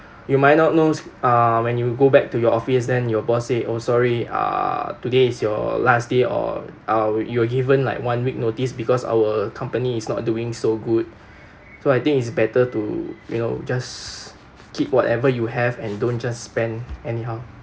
you might not knows uh when you go back to your office then your boss say oh sorry uh today is your last day or uh you're given like one week notice because our company is not doing so good so I think it's better to you know just keep whatever you have and don't just spend anyhow